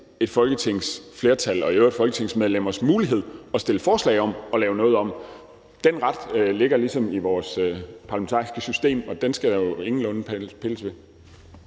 et folketingsflertals, og i øvrigt folketingsmedlemmers, mulighed at fremsætte forslag om at lave noget om. Den ret ligger ligesom i vores parlamentariske system, og den skal der jo ingenlunde pilles ved.